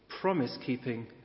promise-keeping